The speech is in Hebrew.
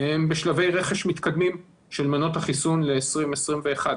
הן בשלבי רכש מתקדמים של מנות החיסון ל-2021.